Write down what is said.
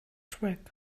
track